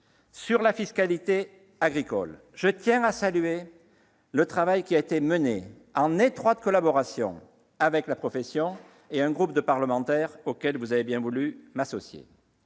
de la fiscalité agricole, je tiens à saluer le travail qui a été mené en étroite collaboration avec la profession et un groupe de parlementaires auquel vous avez bien voulu m'associer.